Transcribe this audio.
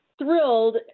thrilled